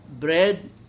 bread